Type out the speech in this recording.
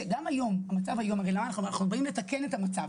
שגם היום אנחנו באים לתקן את המצב